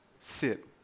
sit